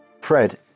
Fred